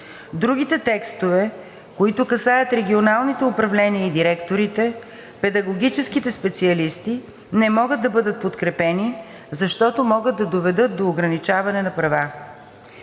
Другите текстове, които касаят регионалните управления и директорите, педагогическите специалисти, не могат да бъдат подкрепени, защото могат да доведат до ограничаване на права.